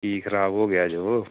ਕੀ ਖ਼ਰਾਬ ਹੋ ਗਿਆ ਜੋ